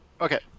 Okay